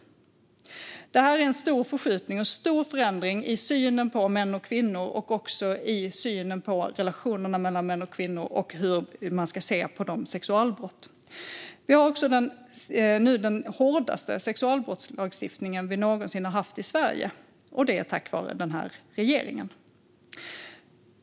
Det här är en stor förskjutning och en stor förändring i synen på män och kvinnor och också i synen på relationen mellan män och kvinnor och hur man ska se på sexualbrott. Vi har nu också den hårdaste sexualbrottslagstiftning som vi någonsin har haft i Sverige, och det är tack vare den här regeringen.